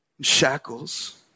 Shackles